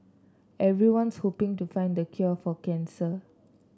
everyone's hoping to find the cure for cancer